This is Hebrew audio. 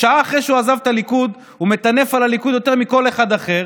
שעה אחרי שהוא עזב את הליכוד הוא מטנף על הליכוד יותר מכל אחד אחר,